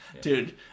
Dude